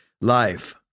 life